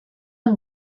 amb